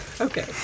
Okay